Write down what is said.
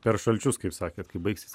per šalčius kaip sakėt kai baigsis